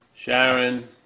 Sharon